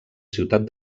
ciutat